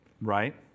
right